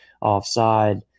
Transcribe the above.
offside